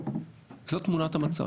זאת תמונת המצב.